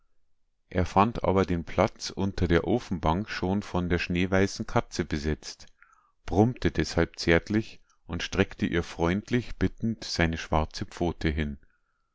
er fand aber den platz unter der ofenbank schon von der schneeweißen katze besetzt brummte deshalb zärtlich und streckte ihr freundlich bittend seine schwarze pfote hin